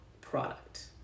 product